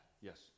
Yes